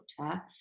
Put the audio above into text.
doctor